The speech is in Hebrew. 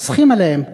חוסכים עליהם.